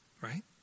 right